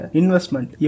investment